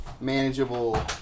manageable